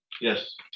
Yes